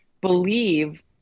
believe